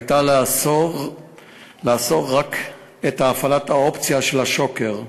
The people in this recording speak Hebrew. הייתה לאסור רק את הפעלת האופציה של השוקר במכשיר,